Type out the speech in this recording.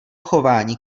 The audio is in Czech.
chování